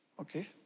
Okay